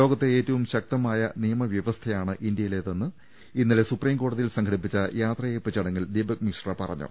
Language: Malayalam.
ലോകത്തെ ഏറ്റവും ശക്തമായ നിയമവ്യവസ്ഥയാണ് ഇന്ത്യയിലേതെന്ന് ഇന്നലെ സുപ്രീംകോടതിയിൽ സംഘടിപ്പിച്ച യാത്രയയപ്പ് ചടങ്ങിൽ ദീപ ക്മിശ്ര പറഞ്ഞു